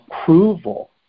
approval